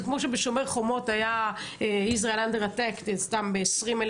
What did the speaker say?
זה כמו שבשומר חומות לכותרת Israel under attack היו 20,000